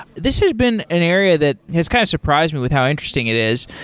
this has been an area that has kind of surprised me with how interesting it is.